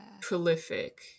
prolific